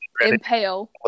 impale